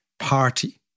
party